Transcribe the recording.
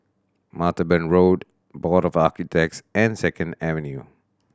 Martaban Road Board of Architects and Second Avenue